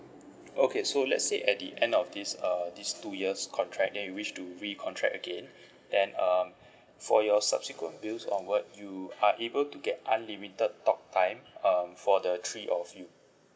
okay so let's say at the end of these err these two years contract then you wish to recontract again then um for your subsequent bills onward you are able to get unlimited talk time um for the three of you